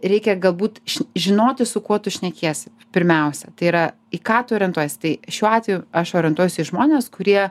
reikia galbūt žinoti su kuo tu šnekiesi pirmiausia tai yra į ką tu orientuojiesi tai šiuo atveju aš orientuojuosi į žmones kurie